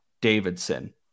Davidson